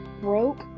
broke